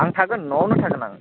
आं थागोन न'आवनो थागोन आं